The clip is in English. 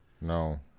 No